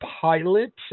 pilot